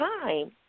time